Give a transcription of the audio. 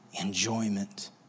enjoyment